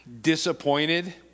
disappointed